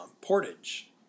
Portage